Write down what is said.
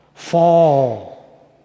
Fall